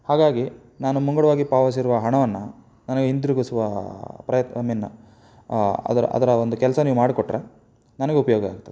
ಹಾಗಾಗಿ ನಾನು ಮುಂಗಡವಾಗಿ ಪಾವತಿಸಿರುವ ಹಣವನ್ನು ನನಗೆ ಹಿಂತಿರುಗಿಸುವ ಪ್ರಯತ್ನ ಐ ಮೀನ್ ಅದರ ಅದರ ಒಂದು ಕೆಲಸ ನೀವು ಮಾಡಿಕೊಟ್ಟರೆ ನನಗೆ ಉಪಯೋಗ ಆಗ್ತದೆ